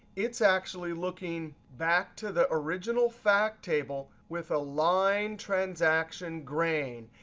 it's actually looking back to the original fact table with a line transaction grain.